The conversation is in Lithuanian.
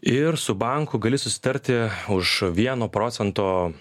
ir su banku gali susitarti už vieno procento